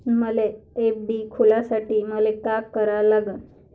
मले एफ.डी खोलासाठी मले का करा लागन?